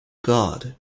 god